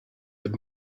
that